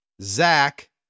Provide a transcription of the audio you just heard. Zach